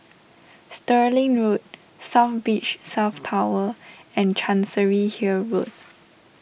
Stirling Road South Beach South Tower and Chancery Hill Road